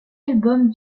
album